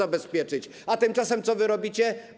A tymczasem co wy robicie?